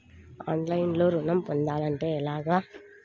ఆన్లైన్లో ఋణం పొందాలంటే ఎలాగా?